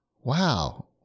Wow